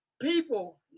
people